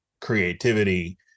creativity